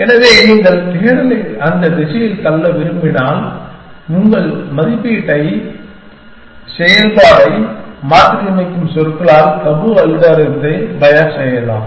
எனவே நீங்கள் தேடலை அந்த திசையில் தள்ள விரும்பினால் உங்கள் மதிப்பீட்டு செயல்பாட்டை மாற்றியமைக்கும் சொற்களால் தபு அல்காரிதத்தை பயாஸ் செய்யலாம்